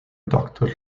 doctor